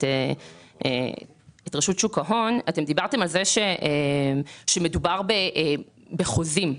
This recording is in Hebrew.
אתם דיברתם על כך שמדובר בחוזים.